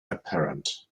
apparent